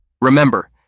Remember